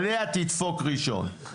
עלייה תדפוק ראשון.